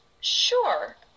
Sure